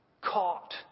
caught